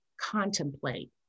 contemplate